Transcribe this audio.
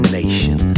nation